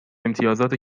امتیازات